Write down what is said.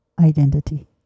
identity